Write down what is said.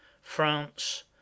France